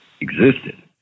existed